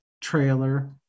trailer